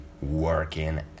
working